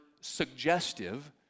suggestive